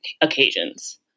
occasions